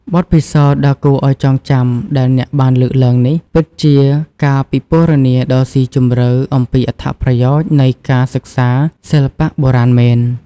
បទពិសោធន៍ដ៏គួរឱ្យចងចាំដែលអ្នកបានលើកឡើងនេះ ពិតជាការពិពណ៌នាដ៏ស៊ីជម្រៅអំពីអត្ថប្រយោជន៍នៃការសិក្សាសិល្បៈបុរាណមែន។